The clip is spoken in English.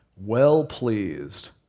well-pleased